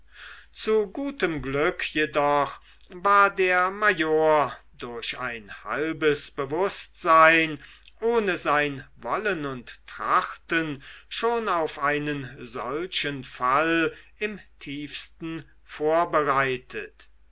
zu gutem glück jedoch war der major durch ein halbes bewußtsein ohne sein wollen und trachten schon auf einen solchen fall im tiefsten vorbereitet